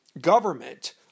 government